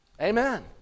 Amen